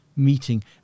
Meeting